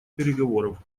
переговоров